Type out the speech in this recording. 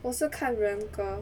我是看人格